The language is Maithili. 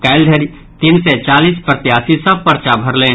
काल्हि धरि तीन सय चालीस प्रत्याशी सभ पर्चा भरलनि